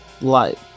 light